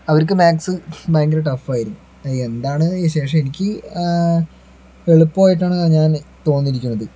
അവർക്ക് മാക്സ് ഭയങ്കര ടഫായിരുന്നു എന്താണ് നിശേഷം എനിക്ക് എളുപ്പമായിട്ടാണ് ഞാന് തോന്നിയിരിക്കുന്നത്